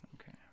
Okay